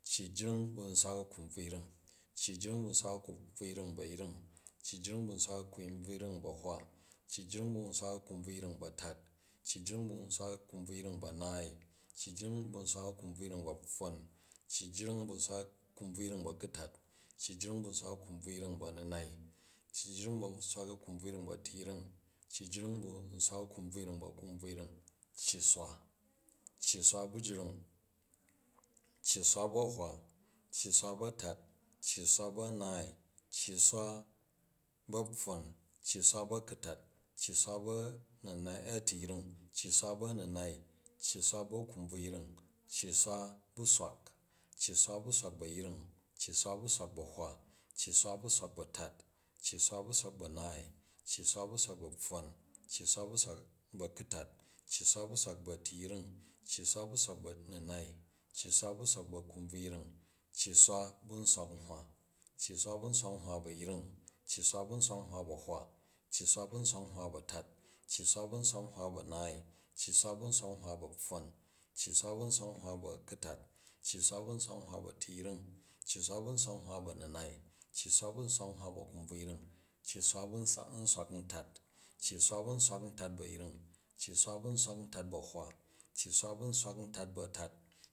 Cyi jring bu nswak a̱kumbvuyring, cyi jring bu nswak a̱kumbvuyring bu a̱yring, cyi jring bu nswak a̱kumbvuyring bu a̱hwa, cyi jring bu nswak a̱kumbvuyring bu a̱tat, cyi jring bu nswak a̱kumbvuyring bu a̱naai, cyi jring bu nswak a̱kumbvuyring bu a̱pfwon, cyi jring bu nswak a̱kumbvuyring bu a̱ku̱tat, cyi jring bu nswak a̱kumbvuyring bu a̱tiyring, cyi jring bu nswak a̱kumbvuyring bu a̱ninai, cyi jring bu nswak a̱kumbvuyring bu a̱kumbvuyring, cyi swa. Cyi swa bu jring, cyi swa bu a̱hwa, cyi swa bu a̱tat, cyi swa bu a̱naai, cyi swa bu a̱pfwon, cyi swa bu a̱ku̱tat, cyi swa bu anai-a̱tiyring, cyi swa bu a̱ninai, cyi swa bu a̱kumbruvying, cyi swa bu swak, cyi swa bu swak bu a̱hwa, cyi swa bu swak bu a̱tat, cyi swa bu swak bu a̱naai, cyi swa bu swak bu a̱pfwon, cyi swa bu swak bu a̱ku̱tat, cyi swa bu swak bu a̱tiyring, cyi swa bu swak bu a̱ninai, cyi swa bu swak bu a̱kubrvuiyring, cyi swa bu swak bu a̱hwa. Cyi swa bu nswak nhwa bu a̱yring, cyi swa bu nswak nhwa bu a̱hwa, cyi swa bu nswak nhwa bu a̱tat, cyi swa bu nswak nhwa bu a̱naai, cyi swa bu nswak nhwa bu a̱pfroon, cyi swa bu nswak nhwa bu a̱kutat, cyi swa bu nswak nhwa bu a̱tiyring, cyi swa bu nswak nhwa bu a̱ninaai, cyi swa bu nswak nhwa bu a̱kumbvuyring, cyi swa bu-swa-bu nswak ntat. Cyi swa bu nswak ntat bu a̱yring, cyi swa bu nswak ntat bu a̱yring, cyi swa bu nswak ntat bu a̱hwa, cyi swa bu nswak ntat bu a̱tat, cyi swa bu nswak ntat bu a̱naani